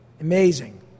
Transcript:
Amazing